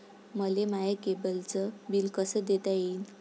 मले माया केबलचं बिल कस देता येईन?